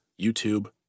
YouTube